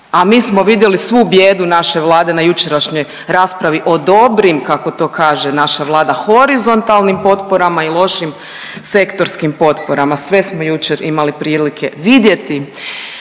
a mi smo vidjeli svu bijedu naše Vlade na jučerašnjoj raspravi o dobrim kako to kaže naša Vlada horizontalnim potporama i lošim sektorskim potporama. Sve smo jučer imali prilike vidjeti.